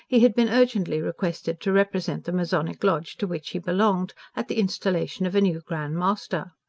he had been urgently requested to represent the masonic lodge to which he belonged, at the installation of a new grand master.